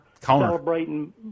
celebrating